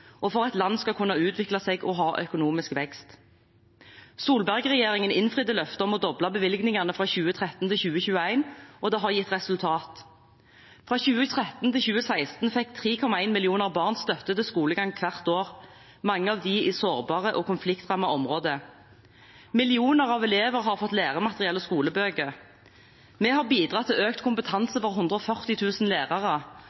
for at den enkelte kan leve et godt liv, og for at land skal kunne utvikle seg og ha økonomisk vekst. Solberg-regjeringen innfridde løftet om å doble bevilgningene fra 2013 til 2021, og det har gitt resultat. Fra 2013 til 2016 fikk 3,1 millioner barn støtte til skolegang hvert år, mange av dem i sårbare og konfliktrammede områder. Millioner av elever har fått læremateriell og skolebøker. Vi har bidratt til økt